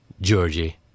Georgie